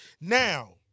Now